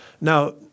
now